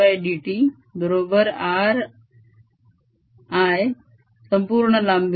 dadt बरोबर r I संपूर्ण लाम्बीसाठी